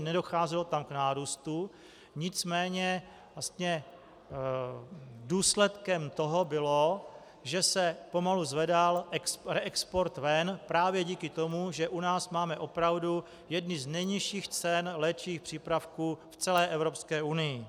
Nedocházelo tam k nárůstu, nicméně důsledkem toho bylo, že se pomalu zvedal reexport ven právě díky tomu, že u nás máme opravdu jedny z nejnižších cen léčivých přípravků v celé Evropské unii.